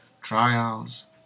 trials